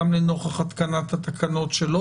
זאת גם לנוכח התקנות שלא